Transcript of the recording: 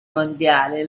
mondiale